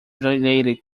related